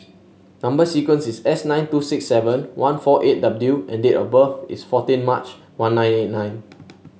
number sequence is S nine two six seven one four eight W and date of birth is fourteen March one nine eight nine